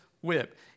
whip